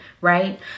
right